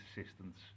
assistance